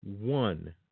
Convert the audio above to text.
one